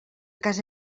casa